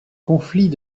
conflits